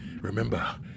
Remember